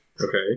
Okay